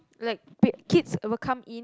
like p~ kids will come in